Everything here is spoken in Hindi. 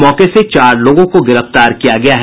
मौके से चार लोगों को गिरफ्तार किया गया है